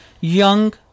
young